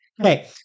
Okay